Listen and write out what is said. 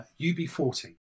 UB40